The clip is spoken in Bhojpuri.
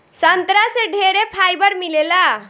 संतरा से ढेरे फाइबर मिलेला